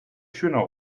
schöner